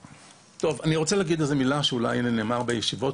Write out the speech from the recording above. אני רוצה להגיד איזו מילה שאולי נאמרה בישיבות